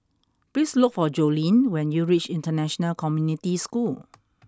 please look for Jolene when you reach International Community School